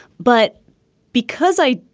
but because i.